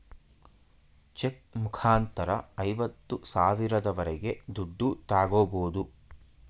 check ಮುಖಾಂತರ ಐವತ್ತು ಸಾವಿರದವರೆಗೆ ದುಡ್ಡು ತಾಗೋಬೋದು